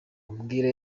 mbwira